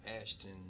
Ashton